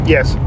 Yes